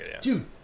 Dude